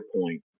point